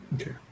Okay